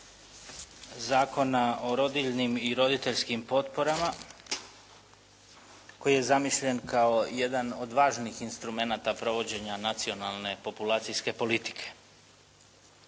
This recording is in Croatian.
zakona o rodiljnim i roditeljskim potporama koji je zamišljen kao jedan od važnih instrumenata provođenja nacionalne populacijske politike.